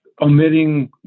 omitting